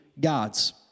gods